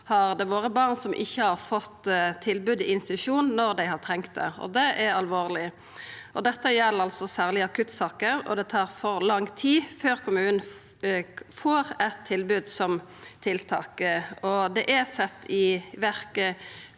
har vore barn som ikkje har fått tilbod i institusjon når dei har trunge det, og det er alvorleg. Dette gjeld særleg akuttsaker, og det tar for lang tid før kommunen får eit tilbod om tiltak. Det er sett i verk